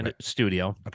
studio